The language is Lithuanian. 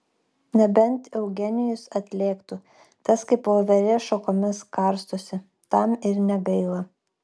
nebent eugenijus atlėktų tas kaip voverė šakomis karstosi tam ir negaila